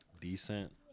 decent